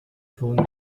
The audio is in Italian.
fondi